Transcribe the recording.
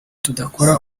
tudakora